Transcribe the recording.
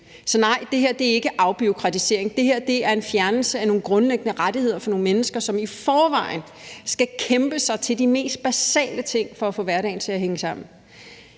Så nej, det her er ikke en afbureaukratisering, men det er en fjernelse af nogle grundlæggende rettigheder for nogle mennesker, som i forvejen skal kæmpe sig til de mest basale ting for at få hverdagen til at hænge sammen.